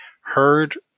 heard